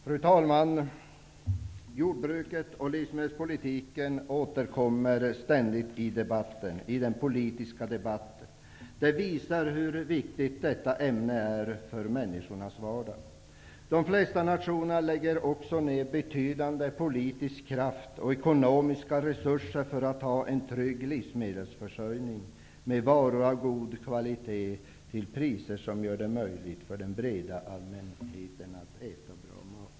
Fru talman! Jordbruket och livsmedelspolitiken återkommer ständigt i den politiska debatten. Det visar hur viktigt detta ämne är för människornas vardag. De flesta nationer lägger ner både betydande politisk kraft och ekonomiska resurser för att ha en trygg livsmedelsförsörjning med varor av god kvalitet till priser som gör det möjligt för den breda allmänheten att äta bra mat.